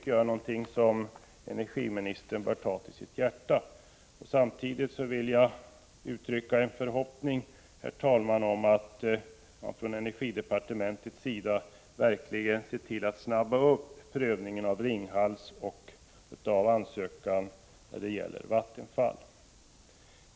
Det här är någonting som jag tycker att energiministern bör ta till sitt hjärta. Samtidigt vill jag uttrycka min förhoppning, herr talman, om att man från energidepartementets sida verkligen ser till att det går snabbare att pröva frågan om Ringhals och även ansökan när det gäller Vattenfall.